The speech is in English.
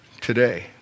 today